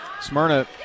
Smyrna